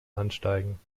ansteigen